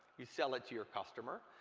you sell it to your customer.